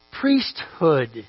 priesthood